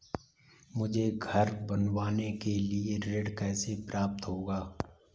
मुझे घर बनवाने के लिए ऋण कैसे प्राप्त होगा?